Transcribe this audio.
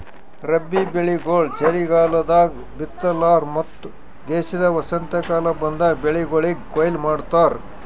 ರಬ್ಬಿ ಬೆಳಿಗೊಳ್ ಚಲಿಗಾಲದಾಗ್ ಬಿತ್ತತಾರ್ ಮತ್ತ ದೇಶದ ವಸಂತಕಾಲ ಬಂದಾಗ್ ಬೆಳಿಗೊಳಿಗ್ ಕೊಯ್ಲಿ ಮಾಡ್ತಾರ್